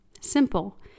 Simple